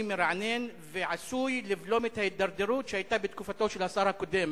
מרענן שעשוי לבלום את ההידרדרות שהיתה בתקופתו של השר הקודם,